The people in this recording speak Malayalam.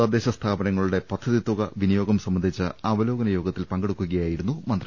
തദ്ദേശ സ്ഥാപനങ്ങളുടെ ് പദ്ധതിത്തുക വിനിയോഗം സംബന്ധിച്ച അവലോകന യോഗത്തിൽ പങ്കെടുക്കുകയായിരുന്നു മന്ത്രി